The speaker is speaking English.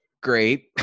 great